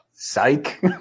Psych